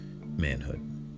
manhood